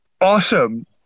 awesome